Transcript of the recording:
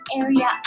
area